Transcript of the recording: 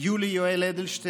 אמיר אוחנה,